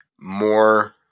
more